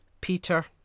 Peter